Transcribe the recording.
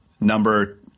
number